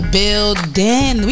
building